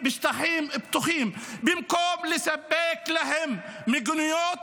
בשטחים פתוחים במקום לספק להם מיגוניות,